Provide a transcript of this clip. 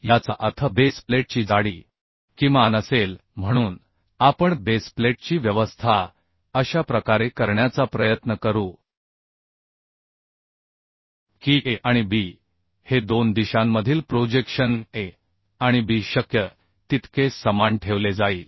याचा अर्थ बेस प्लेटची जाडी किमान असेल म्हणून आपण बेस प्लेटची व्यवस्था अशा प्रकारे करण्याचा प्रयत्न करू की a आणि b हे दोन दिशांमधील प्रोजेक्शनa आणिb शक्य तितके समान ठेवले जाईल